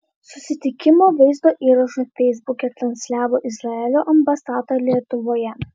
susitikimo vaizdo įrašą feisbuke transliavo izraelio ambasada lietuvoje